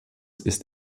ist